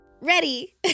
Ready